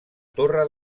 torre